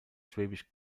schwäbisch